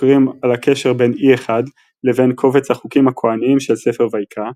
החוקרים על הקשר בין E1 לבין קובץ החוקים הכהניים של ספר ויקרא,